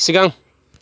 सिगां